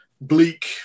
bleak